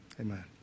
Amen